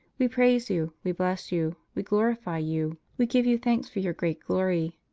we praise you. we bless you. we glorify you. we give you thanks for your great glory,